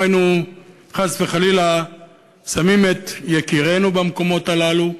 היינו חס וחלילה שמים את יקירינו במקומות האלה,